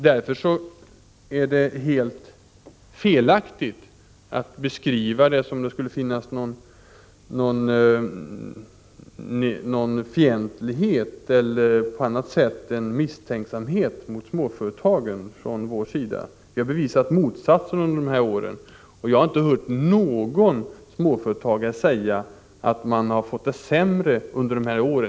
Det är helt felaktigt att beskriva det som om det från vår sida skulle finnas någon fientlighet eller misstänksamhet mot småföretagen. Vi har bevisat motsatsen under våra år i regeringen, och jag har inte hört någon småföretagare som sagt sig ha fått det sämre under dessa år.